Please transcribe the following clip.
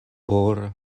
por